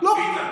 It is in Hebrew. ביטן.